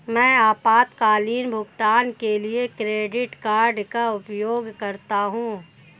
मैं आपातकालीन भुगतान के लिए क्रेडिट कार्ड का उपयोग करता हूं